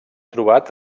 trobat